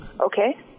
okay